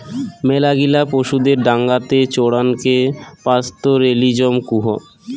মেলাগিলা পশুদের ডাঙাতে চরানকে পাস্তোরেলিজম কুহ